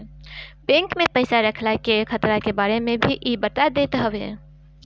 bank में पईसा रखला के खतरा के बारे में भी इ बता देत हवे